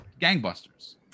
gangbusters